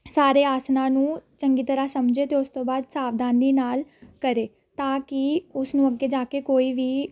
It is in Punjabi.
ਸਾਰੇ ਆਸਣਾਂ ਨੂੰ ਚੰਗੀ ਤਰ੍ਹਾਂ ਸਮਝੇ ਅਤੇ ਉਸ ਤੋਂ ਬਾਅਦ ਸਾਵਧਾਨੀ ਨਾਲ ਕਰੇ ਤਾਂ ਕਿ ਉਸਨੂੰ ਅੱਗੇ ਜਾ ਕੇ ਕੋਈ ਵੀ